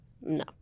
no